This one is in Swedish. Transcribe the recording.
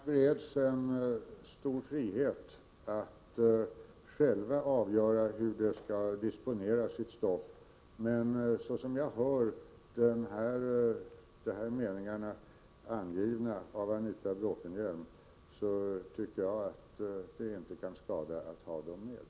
Herr talman! Lärarna har en stor frihet att själva avgöra hur de skall disponera sitt stoff. Men jag tycker inte att det kan skada att ha med de meningar som Anita Bråkenhielm har angett.